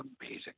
amazing